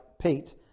Pete